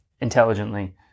intelligently